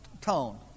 tone